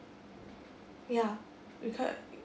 ya because